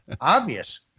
Obvious